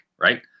right